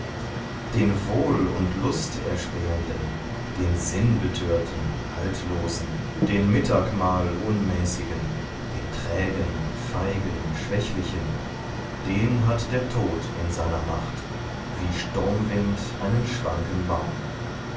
den wohl und lust erspähenden den sinnbetörten haltlosen den mittagmahl unmäßigen den trägen feigen schwächlichen den hat der tod in seiner macht wie sturmwind einen schwanken